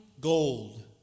gold